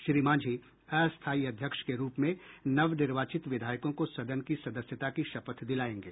श्री मांझी अस्थायी अध्यक्ष के रूप में नवनिर्वाचित विधायकों को सदन की सदस्यता की शपथ दिलायेंगे